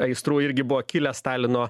aistrų irgi buvo kilę stalino